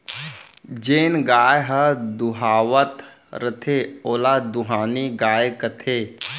जेन गाय ह दुहावत रथे ओला दुहानी गाय कथें